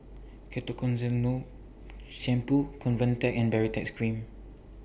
Ketoconazole Shampoo Convatec and Baritex Cream